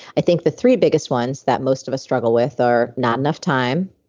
i think the three biggest ones that most of struggle with are not enough time,